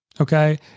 okay